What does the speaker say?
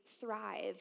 thrive